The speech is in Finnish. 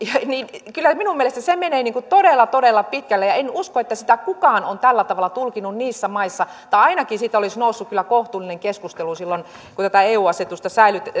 kyllä minun mielestäni se menee todella todella pitkälle ja en usko että sitä kukaan on tällä tavalla tulkinnut niissä maissa tai ainakin siitä olisi noussut kyllä kohtuullinen keskustelu silloin kun tätä eu asetusta